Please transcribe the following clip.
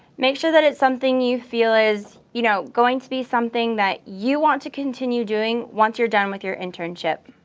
make sure that it's something you feel is, you know, going to be something that you want to continue doing once you're done with your internship.